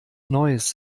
neues